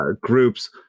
groups